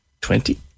Twenty